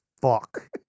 fuck